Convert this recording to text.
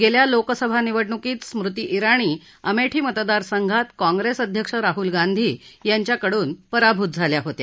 गेल्या लोकसभा निवडणुकीत स्मृती रोणी अमेठी मतदार संघात काँग्रेस अध्यक्ष राहुल गांधी यांच्याकडून पराभूत झाल्या होत्या